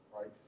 right